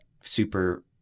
super